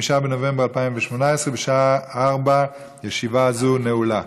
5 בנובמבר 2018, בשעה 16:00. ישיבה זו נעולה.